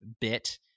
bit